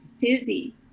busy